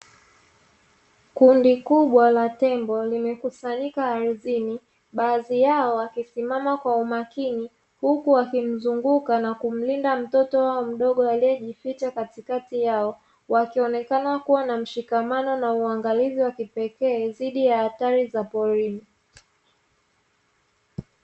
Kundi kubwa la tembo limekusanyika aridhini, baadhi yao wakisimama kwa umakini, uku wakimzunguka na kumlinda mtoto wao mdogo aliyejificha katikati yao, wakionekana kuwa na mshikamano na uwangalizi wa kipekee, dhidi ya hatari za porini.